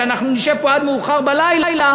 ואנחנו נשב פה עד מאוחר בלילה,